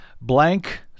blank